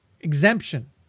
exemption